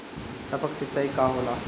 टपक सिंचाई का होला?